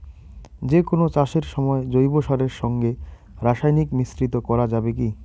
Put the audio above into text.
যে কোন চাষের সময় জৈব সারের সঙ্গে রাসায়নিক মিশ্রিত করা যাবে কি?